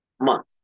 month